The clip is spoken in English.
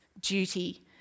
duty